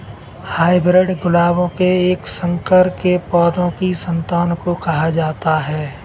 hybrid गुलाबों के एक संकर के पौधों की संतान को कहा जाता है